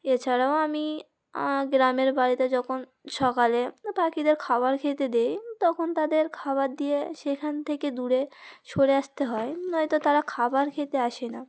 এছাড়াও আমি গ্রামের বাড়িতে যখন সকালে পাখিদের খাবার খেতে দেই তখন তাদের খাবার দিয়ে সেখান থেকে দূরে সরে আসতে হয় নয়তো তারা খাবার খেতে আসে না